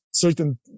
certain